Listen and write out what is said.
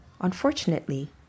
Unfortunately